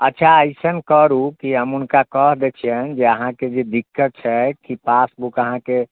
अच्छा एसन करू कि हम हुनका कह दै छियनि जे अहाँके जे दिक्कत छै कि पासबुक अहाँके